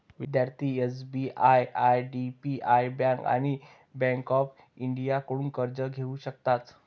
विद्यार्थी SBI IDBI bank आणि bank of इंडियाकडून कर्ज घेऊ शकतात